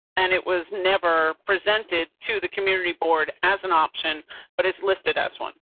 and it was never presented to the community board as an option but it's listed as one.